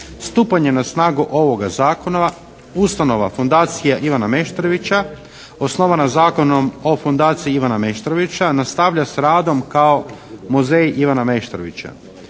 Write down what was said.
"Stupanjem na snagu ovoga zakona ustanova fundacija Ivana Meštrovića osnovana Zakonom o fundaciji Ivana Meštrovića nastavlja s radom kao Muzej Ivana Meštrovića".